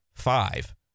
Five